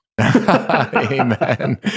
Amen